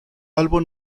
álbum